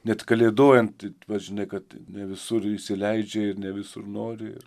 net kalėdojant va žinai kad ne visur įsileidžia ir ne visur nori